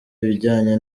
ibijyanye